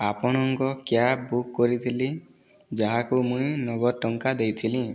ଆପଣଙ୍କ cab book କରିଥିଲି ଯାହାକୁ ମୁଇଁ ନଗଦ୍ ଟଙ୍କା ଦେଇଥିଲି